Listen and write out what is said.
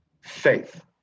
Faith